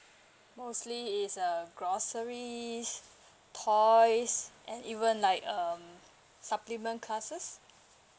mostly is err groceries toys and even like um supplement classes